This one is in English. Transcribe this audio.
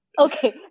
Okay